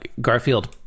Garfield